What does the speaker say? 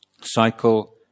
cycle